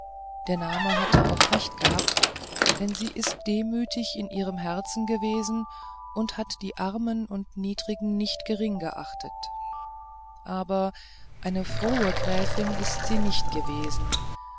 der name hat auch recht gehabt denn sie ist demütig in ihrem herzen gewesen und hat die armen und niedrigen nicht geringgeachtet aber eine frohe gräfin ist sie nicht gewesen